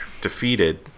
Defeated